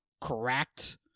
correct